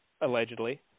allegedly